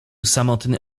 samotny